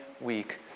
week